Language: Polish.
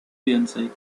więcej